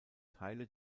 teile